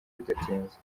bidatinze